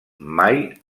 mai